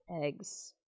Eggs